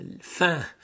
fin